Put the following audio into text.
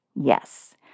yes